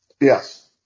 Yes